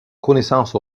connaissance